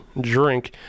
drink